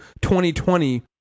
2020